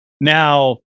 Now